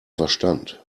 verstand